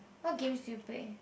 what games do you play